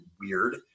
weird